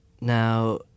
Now